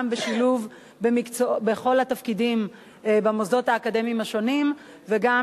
גם בשילוב בכל התפקידים במוסדות האקדמיים השונים וגם,